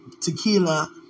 tequila